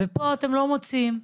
ופה, אתם לא מוצאים.